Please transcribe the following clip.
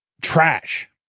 trash